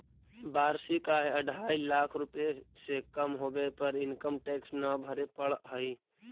वार्षिक आय अढ़ाई लाख रुपए से कम होवे पर इनकम टैक्स न भरे पड़ऽ हई